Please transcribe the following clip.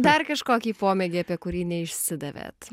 dar kažkokį pomėgį apie kurį neišsidavėt